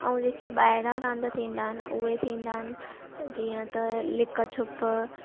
ऐं जेके ॿाहिरां रांद थींदा आहिनि उहे थींदा आहिनि जीअं त लिक छुप